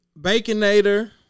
Baconator